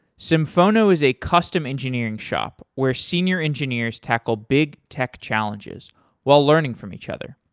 symphono is a custom engineering shop where senior engineers tackle big tech challenges while learning from each other.